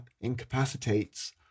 incapacitates